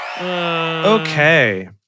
Okay